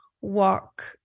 walk